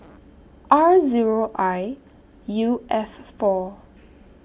R Zero I U F four